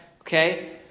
Okay